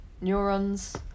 neurons